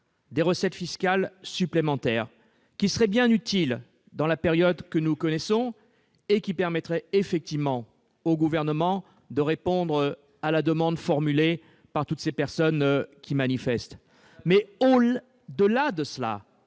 des recettes fiscales supplémentaires qui seraient bien utiles dans la période que nous connaissons et permettraient au Gouvernement de répondre à la demande formulée par toutes ces personnes qui manifestent. Au-delà,